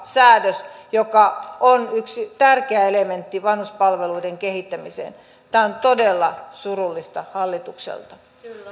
säädös joka on yksi tärkeä elementti vanhuspalveluiden kehittämiseen tämä on todella surullista hallitukselta